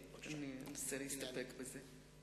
אני אנסה להסתפק בזה.